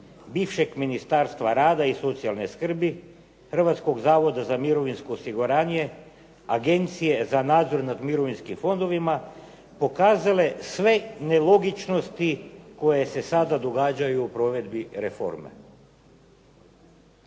bivšeg Ministarstva rada i socijalne skrbi, Hrvatskog zavoda za mirovinsko osiguranje, Agencije za nadzor nad mirovinskim fondovima pokazale sve nelogičnosti koje se sada događaju u provedbi reforme.